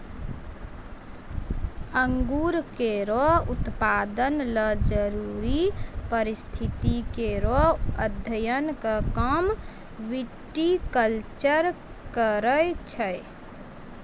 अंगूर केरो उत्पादन ल जरूरी परिस्थिति केरो अध्ययन क काम विटिकलचर करै छै